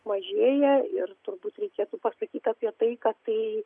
mažėja ir turbūt reikėtų pasakyti apie tai kad tai